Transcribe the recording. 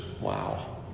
Wow